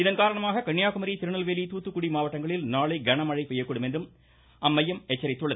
இதன் காரணமாக கன்னியாக்குமரி திருநெல்வெலி தூத்துக்குடி மாவட்டங்களில் நாளை கன மழை பெய்யக்கூடும் என்றும் அம்மையம் தெரிவித்துள்ளது